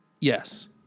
Yes